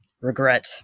Regret